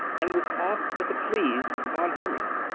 and was off with the pleased von herman.